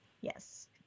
Yes